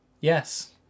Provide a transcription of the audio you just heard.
Yes